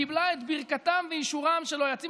קיבלה את ברכתם ואישורם של היועצים